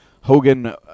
Hogan